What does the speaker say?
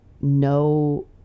no